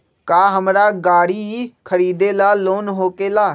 का हमरा गारी खरीदेला लोन होकेला?